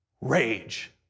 rage